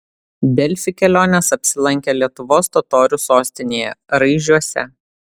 delfi kelionės apsilankė lietuvos totorių sostinėje raižiuose